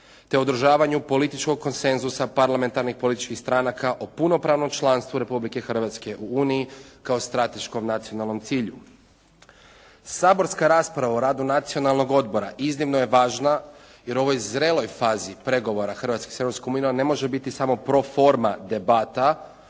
te održavanju političkog konsenzusa parlamentarnih političkih stranaka o punopravnom članstvu Republike Hrvatske u Uniji kao strateškom nacionalnom cilju. Saborska rasprava o radu Nacionalnog odbora iznimno je važna jer u ovoj zreloj fazi pregovora Hrvatske s Europskom unijom ne može biti samo proforma debata